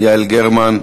יעל גרמן.